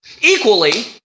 Equally